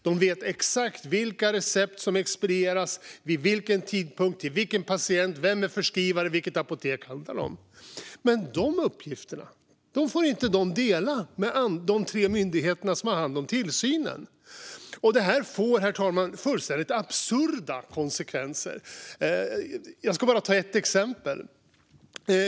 De vet exakt vilka recept som expedieras, vid vilken tidpunkt, till vilken patient, vem som är förskrivare och vilket apotek det handlar om. Men de får inte dela de uppgifterna med de tre myndigheter som har hand om tillsynen. Detta får, herr talman, fullständigt absurda konsekvenser. Jag ska bara ta ett exempel.